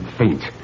faint